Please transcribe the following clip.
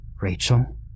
Rachel